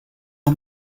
her